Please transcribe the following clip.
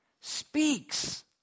speaks